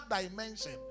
dimension